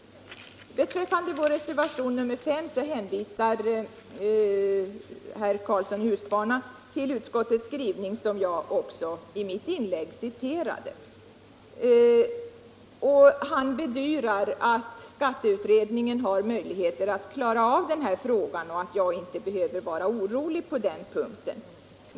Beträffande vår reservation 5 hänvisade herr Karlsson till utskottets skrivning, som jag också citerade i mitt inlägg. Han bedyrade att skatteutredningen kommer att klara av denna fråga och att jag inte behöver vara orolig på den punkten.